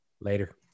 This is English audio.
Later